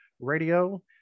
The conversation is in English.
radio